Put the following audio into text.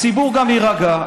הציבור גם יירגע,